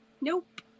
Nope